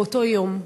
באותו יום.